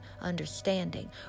understanding